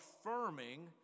affirming